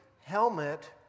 helmet